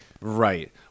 right